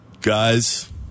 Guys